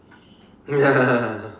ya